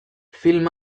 film